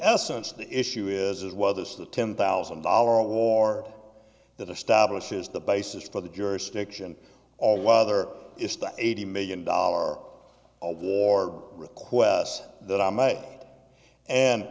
essence the issue is whether it's the ten thousand dollar war that establishes the basis for the jurisdiction or whether it's the eighty million dollars or a war requests that i may get and